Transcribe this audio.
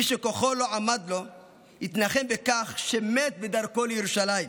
מי שכוחו לא עמד לו התנחם בכך שמת בדרכו לירושלים,